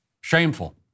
Shameful